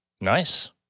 Nice